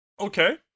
Okay